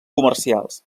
comercials